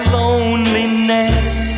loneliness